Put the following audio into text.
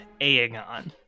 Aegon